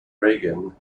reagan